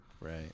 Right